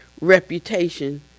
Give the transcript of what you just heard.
reputation